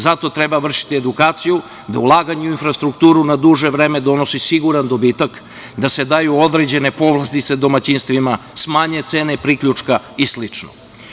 Zato treba vršiti edukaciju da ulaganje u infrastrukturu na duže vreme donosi siguran dobitak da se daju određene povlastice domaćinstvima, smanje cene priključka i sl.